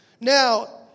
Now